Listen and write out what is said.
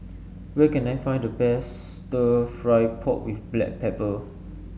where can I find the best stir fry pork with Black Pepper